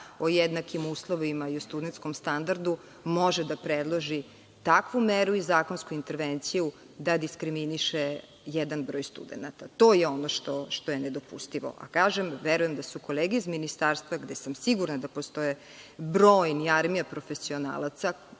o jednakim uslovima i o studentskom standardu, može da predloži takvu meru i zakonsku intervenciju da diskriminiše jedan broj studenata. To je ono što je nedopustivo. Kažem, verujem da su kolege iz Ministarstva, gde sam sigurna da postoje brojna armija profesionalaca,